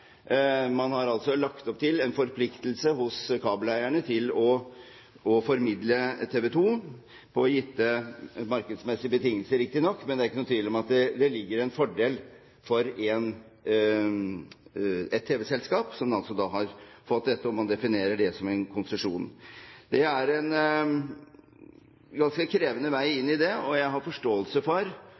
Man har altså lagt opp til en forpliktelse hos kabeleierne til å formidle TV 2 – på gitte markedsmessige betingelser, riktignok – men det er ikke noen tvil om at det der ligger en fordel for ett tv-selskap, som altså da har fått dette, om man definerer det som en konsesjon. Det er en ganske krevende vei inn i det, og jeg har forståelse for